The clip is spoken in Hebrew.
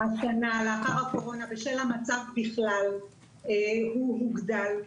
לאחר הקורונה בשל המצב בכלל הוא הוגדל.